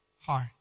heart